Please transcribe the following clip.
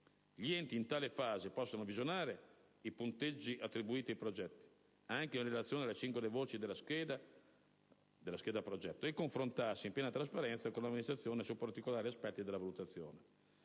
Gli enti in tale fase possono visionare i punteggi attribuiti ai progetti, anche in relazione alle singole voci della scheda progetto, e confrontarsi, in piena trasparenza, con l'amministrazione su particolari aspetti della valutazione.